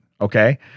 okay